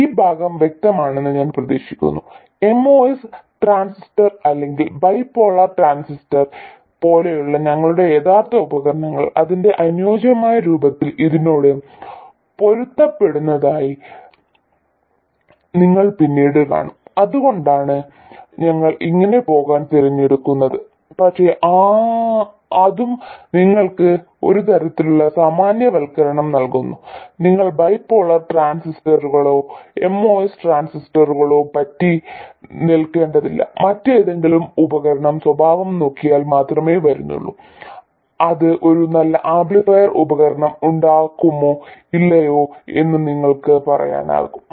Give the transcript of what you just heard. ഈ ഭാഗം വ്യക്തമാണെന്ന് ഞാൻ പ്രതീക്ഷിക്കുന്നു MOS ട്രാൻസിസ്റ്റർ അല്ലെങ്കിൽ ബൈപോളാർ ട്രാൻസിസ്റ്റർ പോലെയുള്ള ഞങ്ങളുടെ യഥാർത്ഥ ഉപകരണങ്ങൾ അതിന്റെ അനുയോജ്യമായ രൂപത്തിൽ ഇതിനോട് പൊരുത്തപ്പെടുന്നതായി നിങ്ങൾ പിന്നീട് കാണും അതുകൊണ്ടാണ് ഞങ്ങൾ ഇങ്ങനെ പോകാൻ തിരഞ്ഞെടുക്കുന്നത് പക്ഷേ അതും നിങ്ങൾക്ക് ഒരു തരത്തിലുള്ള സാമാന്യവൽക്കരണം നൽകുന്നു നിങ്ങൾ ബൈപോളാർ ട്രാൻസിസ്റ്ററുകളോ MOS ട്രാൻസിസ്റ്ററുകളോ പറ്റിനിൽക്കേണ്ടതില്ല മറ്റേതെങ്കിലും ഉപകരണം സ്വഭാവം നോക്കിയാൽ മാത്രമേ വരുന്നുള്ളൂ അത് ഒരു നല്ല ആംപ്ലിഫയർ ഉപകരണം ഉണ്ടാക്കുമോ ഇല്ലയോ എന്ന് നിങ്ങൾക്ക് പറയാനാകും